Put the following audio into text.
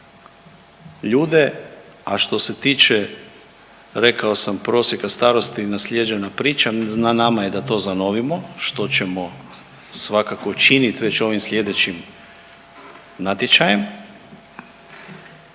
ljude, a što se tiče rekao sam prosjeka starosti naslijeđena priča na nama je da to zanovimo što ćemo svakako činit već ovim slijedećim natječajem.